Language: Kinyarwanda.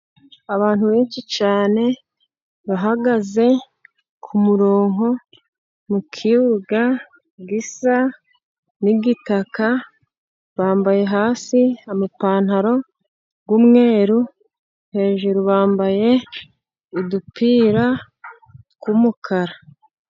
Abantu benshi cyane bahagaze kumurongo mu kibuga gisa n'igitaka. Bambaye hasi amapantaro y'umweru , hejuru bambaye udupira tw'umukara .